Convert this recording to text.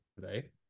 today